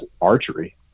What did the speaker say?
archery